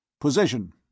Position